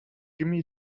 gimme